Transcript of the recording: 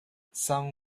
some